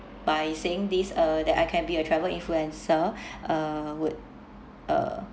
by saying these uh that I can be a travel influencer uh would uh